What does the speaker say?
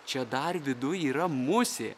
čia dar viduj yra musė